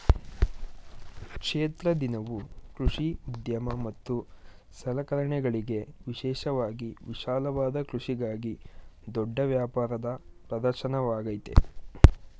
ಕ್ಷೇತ್ರ ದಿನವು ಕೃಷಿ ಉದ್ಯಮ ಮತ್ತು ಸಲಕರಣೆಗಳಿಗೆ ವಿಶೇಷವಾಗಿ ವಿಶಾಲವಾದ ಕೃಷಿಗಾಗಿ ದೊಡ್ಡ ವ್ಯಾಪಾರದ ಪ್ರದರ್ಶನವಾಗಯ್ತೆ